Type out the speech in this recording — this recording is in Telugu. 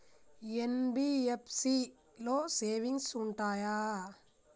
ఎన్.బి.ఎఫ్.సి లో సేవింగ్స్ ఉంటయా?